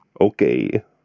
okay